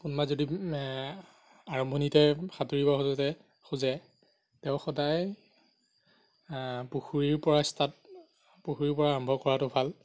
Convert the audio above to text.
কোনোবাই যদি আৰম্ভণিতে সাঁতুৰিব খোজোঁতে খোজে তেওঁ সদায় পুখুৰীৰ পৰা ষ্টাৰ্ট পুখুৰীৰ পৰা আৰম্ভ কৰাতো ভাল